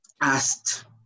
asked